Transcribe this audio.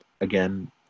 Again